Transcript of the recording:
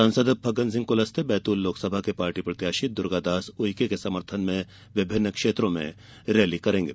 सांसद फग्गनसिंह कुलस्ते बैतूल लोकसभा के पार्टी प्रत्याशी दुर्गादास उइके के समर्थन में विभिन्न क्षेत्रों में रैली करेंगे